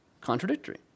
contradictory